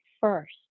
first